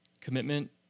commitment